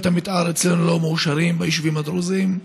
המתאר אצלנו לא מאושרות ביישובים הדרוזיים,